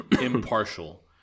impartial